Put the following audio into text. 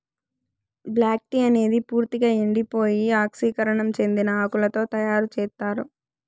black tea అనేది పూర్తిక ఎండిపోయి ఆక్సీకరణం చెందిన ఆకులతో తయారు చేత్తారు